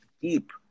deep